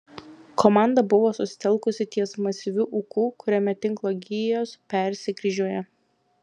komanda buvo susitelkusi ties masyviu ūku kuriame tinklo gijos persikryžiuoja